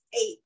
eight